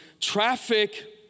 Traffic